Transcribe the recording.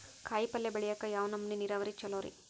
ಕಾಯಿಪಲ್ಯ ಬೆಳಿಯಾಕ ಯಾವ್ ನಮೂನಿ ನೇರಾವರಿ ಛಲೋ ರಿ?